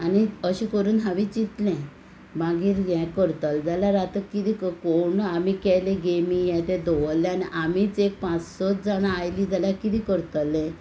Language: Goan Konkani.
आनी अशें करून हांवें चिंतलें मागीर हें करतलें जाल्यार आतां किदें क कोण आमी केले गेमी हें तें दवरलें आनी आमीच एक पांच सत जाणा आयलीं जाल्यार किदें करतलें